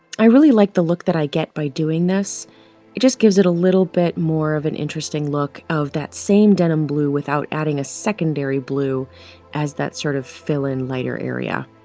i really like the look that i get by doing this it just gives it a little bit more of an interesting look of that same denim blue without adding a secondary blue as that sort of fill in lighter area